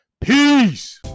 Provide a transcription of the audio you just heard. Peace